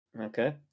Okay